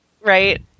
right